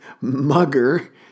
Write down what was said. mugger